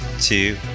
two